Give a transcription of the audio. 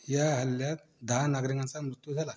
या हल्ल्यात दहा नागरिकांचा मृत्यू झाला